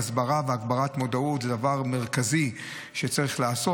הסברה והגברת מודעות הן דבר מרכזי שצריך לעשות.